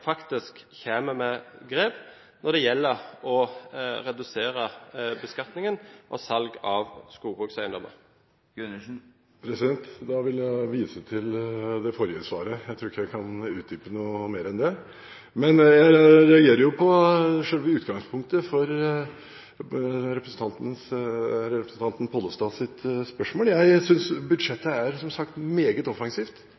faktisk kommer med grep når det gjelder å redusere beskatningen på salg av skogbrukseiendommer? Da vil jeg vise til det forrige svaret. Jeg tror ikke jeg kan utdype noe mer enn det. Men jeg reagerer på selve utgangspunktet for representanten Pollestads spørsmål. Jeg